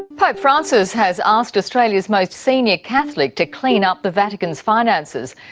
pope francis has asked australia's most senior catholic to clean up the vatican's finances.